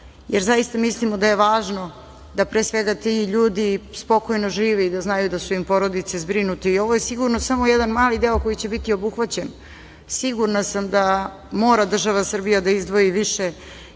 jer zaista mislimo da je važno da pre svega ti ljudi spokojno žive i da znaju da su im porodice zbrinute i ovo je sigurno samo jedan mali deo koji će biti obuhvaćen. Sigurna sam da mora država Srbija da izdvoji više i